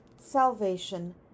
salvation